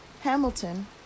Hamilton